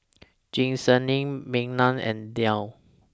Giselle Maynard and Diann